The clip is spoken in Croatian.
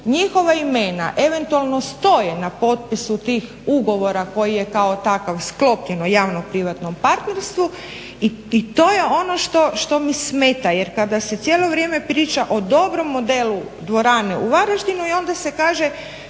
njihova imena eventualno stoje na potpisu tih ugovora koji je kao takav sklopljen o javno-privatno partnerstvu i to je ono što mi smeta. Jer kada se cijelo vrijeme priča o dobrom modelu dvorane u Varaždinu i onda se kaže